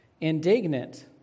indignant